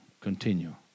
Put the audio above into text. Continue